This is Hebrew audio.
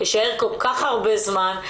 אשאר כל כך הרבה זמן.